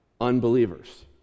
unbelievers